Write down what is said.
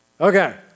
Okay